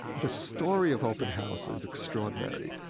the story of open house is extraordinary.